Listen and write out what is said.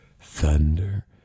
thunder